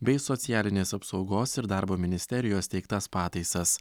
bei socialinės apsaugos ir darbo ministerijos teiktas pataisas